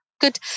Good